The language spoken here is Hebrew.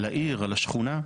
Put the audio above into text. על העיר, על השכונה.